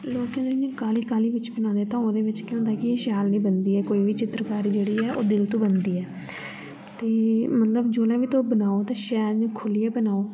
लोकें ते इ'यां काह्ली काह्ली बिच्च बनांदे तां ओह्दे बिच्च केह् होंंदा के शैल नी बनदी ऐ कोई बी चित्रकारी जेह्ड़ी ऐ ओह् दिल तूं बनदी ऐ ते मतलब जेल्लै बी तुस बनाओ ते शैल इयां खुल्लियै बनाओ